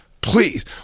Please